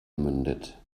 mündet